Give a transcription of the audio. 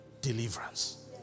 deliverance